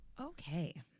okay